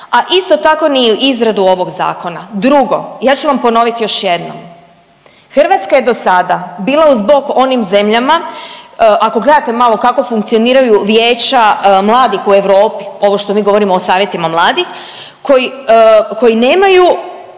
a isto tako ni izradu ovog Zakona. Drugo, ja ću vam ponovit još jednom. Hrvatska je do sada bila uz bok onim zemljama, ako gledate malo kako funkcioniraju vijeća mladih u Europi, ovo što mi govorimo o savjetima mladih, koji nemaju